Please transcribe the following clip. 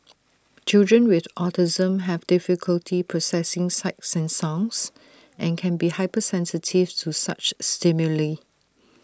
children with autism have difficulty processing sights and sounds and can be hypersensitive to such stimuli